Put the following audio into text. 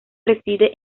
reside